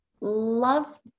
love